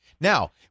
Now